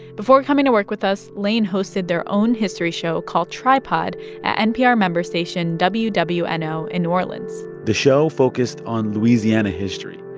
before coming to work with us, laine hosted their own history show called tripod at npr member station wwno wwno in new orleans the show focused on louisiana history.